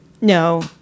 No